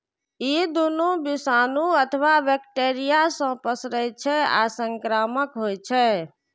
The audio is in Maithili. ई दुनू विषाणु अथवा बैक्टेरिया सं पसरै छै आ संक्रामक होइ छै